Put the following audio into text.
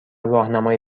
راهنمای